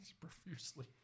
profusely